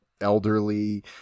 elderly